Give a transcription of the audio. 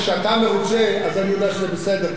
כשאתה מרוצה אז אני יודע שזה בסדר,